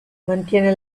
mantiene